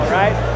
right